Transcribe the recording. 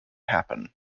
happen